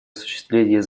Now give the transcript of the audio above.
осуществление